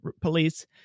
police